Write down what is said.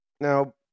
Now